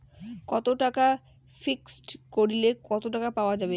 কত টাকা ফিক্সড করিলে কত টাকা পাওয়া যাবে?